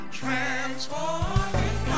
transforming